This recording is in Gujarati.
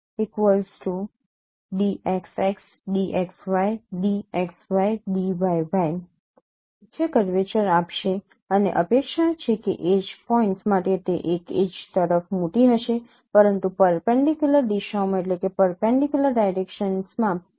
મુખ્ય કર્વેચર આપશે અને અપેક્ષા છે કે એડ્જ પોઇન્ટ્સ માટે તે એડ્જ તરફ મોટી હશે પરંતુ પરપેન્ડિકયુલર દિશાઓમાં તે એક નાનો છે